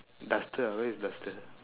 duster ah where is duster